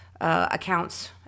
accounts